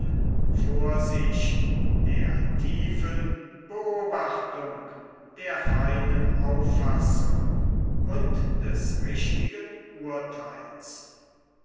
vorsicht der tiefen beobachtung der seinen auffassung und des richtigen urtheils